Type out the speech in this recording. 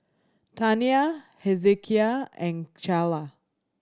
Tania Hezekiah and Calla